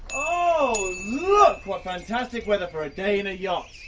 oh look, what fantastic weather for a day in a yacht.